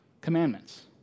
commandments